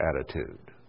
attitude